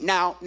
Now